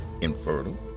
infertile